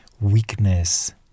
weakness